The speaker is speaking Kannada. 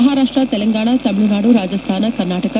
ಮಹಾರಾಷ್ಸ ತೆಲಂಗಾಣ ತಮಿಳುನಾಡು ರಾಜಸ್ಥಾನ ಕರ್ನಾಟಕ